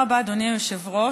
תודה רבה, אדוני היושב-ראש.